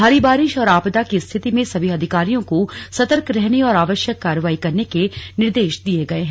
भारी बारिश और आपदा की स्थिति में सभी अधिकारियों को सतर्क रहने और आवश्यक कार्यवाही करने के निर्देश दिए गए हैं